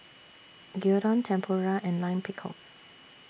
Gyudon Tempura and Lime Pickle